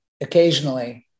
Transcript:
occasionally